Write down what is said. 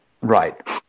Right